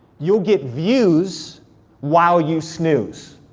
you'll get views while you snooze.